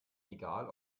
egal